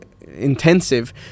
intensive